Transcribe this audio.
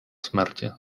смерті